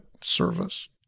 service